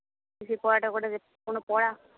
সেই পড়াটা কোনো পড়া